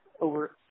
over